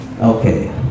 Okay